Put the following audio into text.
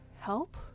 Help